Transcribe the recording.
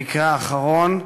המקרה האחרון,